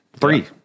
Three